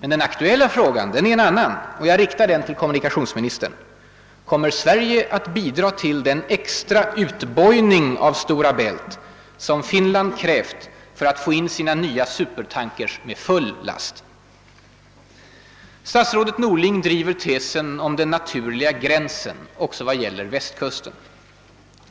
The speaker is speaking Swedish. Men den aktuella frågan är en annan, och jag riktar den till kommunikationsministern: Kommer Sverige att bidra till den extra utbojning av Stora Bält som Finland krävt för att få in sina nya supertankers Statsrådet Norling driver tesen om »den naturliga gränsen» också vad gäller Västkusten.